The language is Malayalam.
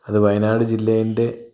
അത് വയനാട് ജില്ലേന്റെ